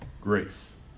Grace